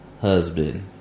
Husband